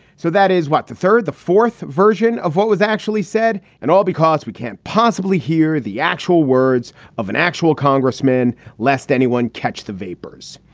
so that is what the third the fourth version of what was actually said. and all because we can't possibly hear the actual words of an actual congressman lest anyone catch the vapors.